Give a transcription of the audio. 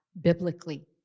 biblically